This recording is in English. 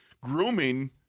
grooming